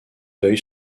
d’œil